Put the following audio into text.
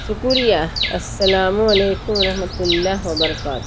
شکریہ السّلام علیکم رحمتہ اللّہ وبرکاتہ